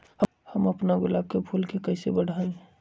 हम अपना गुलाब के फूल के कईसे बढ़ाई?